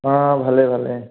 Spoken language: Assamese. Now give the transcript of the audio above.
অঁ অঁ ভালে ভালে